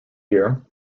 year